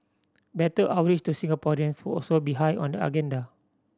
better outreach to Singaporeans would also be high on the agenda